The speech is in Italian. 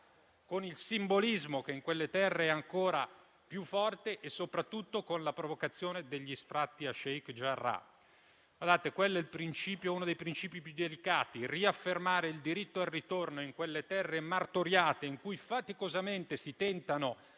con il simbolismo che in quelle terre è ancora più forte e soprattutto con la provocazione degli sfratti a Sheikh Jarrah. Quello è uno dei principi più delicati: riaffermare il diritto al ritorno in quelle terre martoriate, in cui faticosamente si tentano